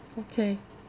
okay